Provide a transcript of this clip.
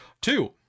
Two